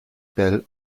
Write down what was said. bell